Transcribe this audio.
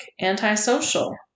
antisocial